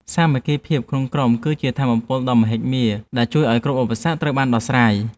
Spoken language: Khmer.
សាមគ្គីភាពក្នុងក្រុមការងារគឺជាថាមពលដ៏មហិមាដែលជួយឱ្យគ្រប់ឧបសគ្គត្រូវបានដោះស្រាយ។